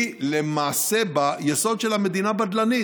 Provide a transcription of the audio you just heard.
היא למעשה ביסוד שלה מדינה בדלנית.